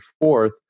fourth